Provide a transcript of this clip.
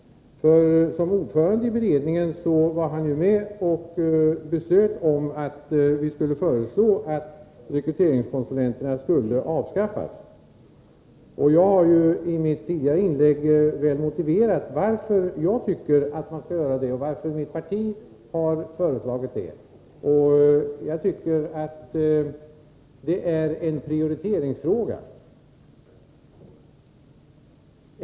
Som ordförande i beredningen var han med och beslutade om att vi skulle föreslå att rekryteringskonsulenterna skulle avskaffas. Jag har i mitt tidigare inlägg motiverat varför jag tycker att man skall avskaffa dessa konsulenter och varför mitt parti har lagt fram det förslaget. Det är en prioriteringsfråga.